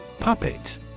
Puppet